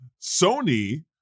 Sony